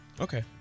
Okay